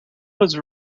was